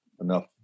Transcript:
enough